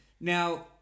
Now